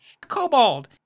cobalt